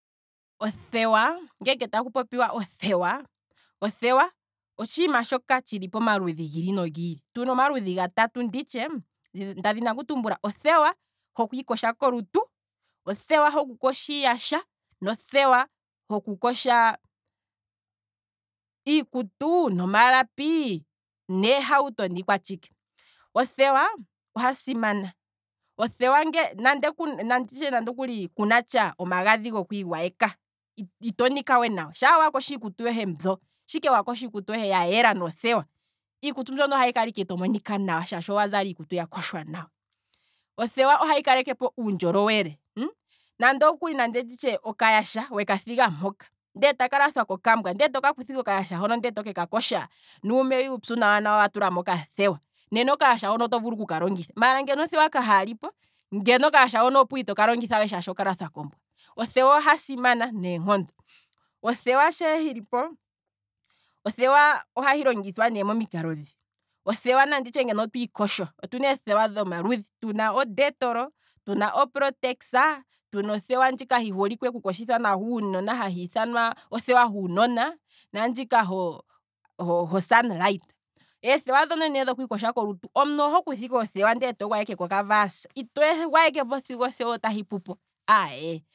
Othewa, ngeenge taku popiwa othewa, otshiima shoka tshili pomaludhi giili nogiili, tuna omaludhi gatatu ndadhina kutumbula nditye, otuna othewa wokwiikosha kolutu, othewa hoku kosha iiyasha nothewa hoku kosha iikutu nomalapi neehauto niikwatshike, othewa oha simana, nanditye nande okuli kunatsha omagadhi go kwiigwayeka ito nika we nawa, sha kosho iikutu yohe mbyo, sha wakoshi iikutu yohe ya yela nothewa, iikutu mbyono ohayi kala ike to monika nawa shaashi owazala iikutu ya koshwa nawa, othewa ohahi kaleke po uundjolowele, nande okuli okayasha weka thiga mpoka ndeletaka lathwa kokambwa, ndele toka kutha ike okayasha hoka ndele tokeka kosha nuumeya uupyu nawa nawa watulamo okathewa, nena okayasha hoka oto vulu okuka longitha, maala ngeno othewa ka halipo ngeno okayasha hoka ito vulu we kuka longitha shaashi okalathwa kombwa, othewa oha simana neenkondo, othewa shaa hilipo ohahi longithwa ne momikalo dhi, othewa nanditye ngeno otwiikosho, otuna eethewa dhomaludhi, tuna othewa ho detro, tuna oprotex tuna othewa ndjika hi holike nawa okukosha uunona hahi ithanwa othewa huunona, nandjika ne ho sunlight, eethewa dhika dhokukosha kolutu, omuntu oho kutha ike othewa ndele to gwayeke koka vaasa, ito gwayeke sigo othewa otayi pupo, aaye